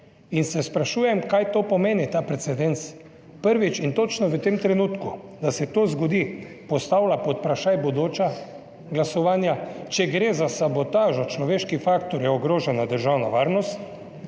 In se sprašujem, kaj to pomeni, ta precedens, da se prvič in točno v tem trenutku to zgodi, postavlja pod vprašaj bodoča glasovanja. Če gre za sabotažo, človeški faktor, je ogrožena državna varnost.